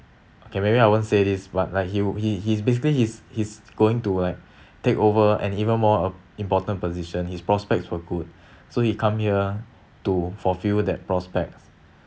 okay maybe I won't say this but like he he he's basically he's he's going to like take over an even more uh important position his prospects were good so he come here to fulfill that prospects